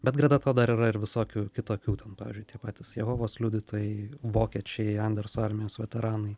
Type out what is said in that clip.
bet greta to dar yra ir visokių kitokių ten pavyzdžiui tie patys jehovos liudytojai vokiečiai anderso armijos veteranai